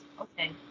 Okay